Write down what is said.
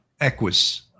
Equus